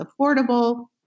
affordable